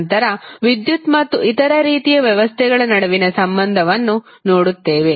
ನಂತರ ವಿದ್ಯುತ್ ಮತ್ತು ಇತರ ರೀತಿಯ ವ್ಯವಸ್ಥೆಗಳ ನಡುವಿನ ಸಂಬಂಧವನ್ನು ನೋಡುತ್ತೇವೆ